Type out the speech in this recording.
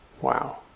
Wow